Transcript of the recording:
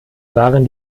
waren